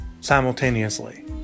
simultaneously